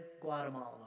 Guatemala